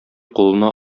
кулына